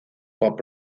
pop